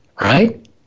right